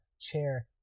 chair